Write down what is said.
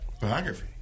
Biography